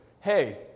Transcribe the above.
hey